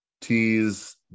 T's